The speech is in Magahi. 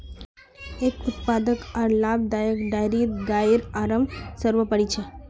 एक उत्पादक आर लाभदायक डेयरीत गाइर आराम सर्वोपरि छ